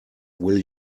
will